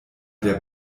der